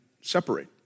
separate